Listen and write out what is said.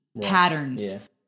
patterns